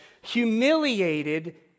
humiliated